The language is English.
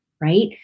right